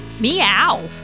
Meow